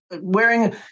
wearing